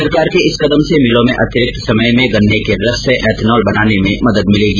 सरकार के इस कदम से मिलों में अतिरिक्त समय में गन्ने के रस से एथनॉल बनाने में मदद मिलेगी